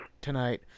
tonight